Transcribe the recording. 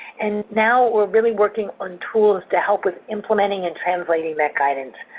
and now we're really working on tools to help with implementing and translating that guidance.